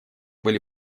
были